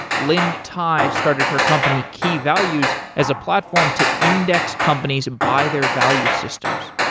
lynne tye started her company key values as a platform to index companies by their value systems.